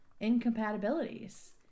incompatibilities